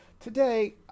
Today